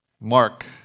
Mark